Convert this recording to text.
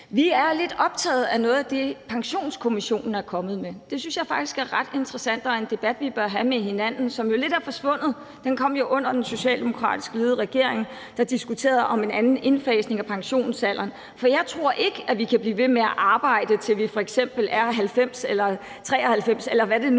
Vi er lidt optaget af noget af det, Pensionskommissionen er kommet med. Det synes jeg faktisk er ret interessant og en debat, vi bør have med hinanden, som lidt er forsvundet. Den kom jo under den socialdemokratisk ledede regering, der diskuterede en anden indfasning af pensionsalderen. For jeg tror ikke, at vi kan blive ved med at arbejde, til vi f.eks. er 90 eller 93 år, eller hvad det nu er,